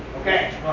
Okay